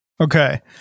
Okay